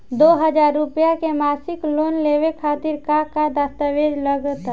दो हज़ार रुपया के मासिक लोन लेवे खातिर का का दस्तावेजऽ लग त?